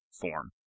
form